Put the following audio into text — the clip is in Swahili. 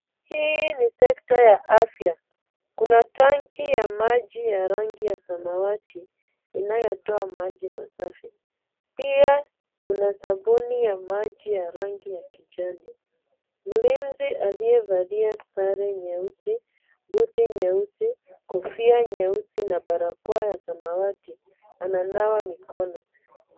Hii ni sekta ya afya. Kuna tanki ya maji ya rangi ya samawati inayotoa maji masafi. Pia kuna sabuni ya maji ya rangi ya kijani. Mlinzi aliyevalia sare nyeusi, buti nyeusi, kofia nyeusi na barakoa ya samawati ananawa mikono.